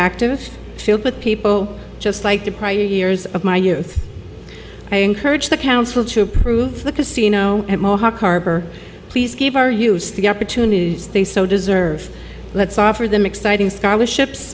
active filled with people just like the prior years of my youth i encourage the council to approve the casino at mohawk harbor please give our use the opportunities they so deserve let's offer them exciting scholarships